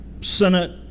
Senate